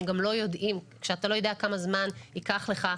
הם גם לא יודעים וכשאתה לא יודע כמה זמן ייקח לך,